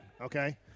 okay